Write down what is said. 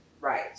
Right